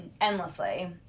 endlessly